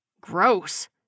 Gross